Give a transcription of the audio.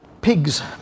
pig's